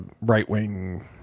right-wing